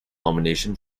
nomination